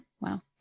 wow